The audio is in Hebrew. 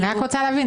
אני רק רוצה להבין.